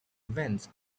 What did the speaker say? events